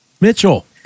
Mitchell